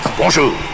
bonjour